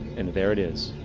and there it is,